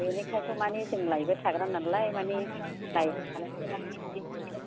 बेनिखायनोथ' माने जों लायबाय थाग्रा नालाय माने लायबाय थानायखाय माने एसे